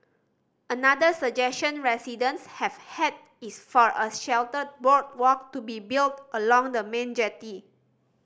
another suggestion residents have had is for a sheltered boardwalk to be built along the main jetty